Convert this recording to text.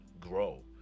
grow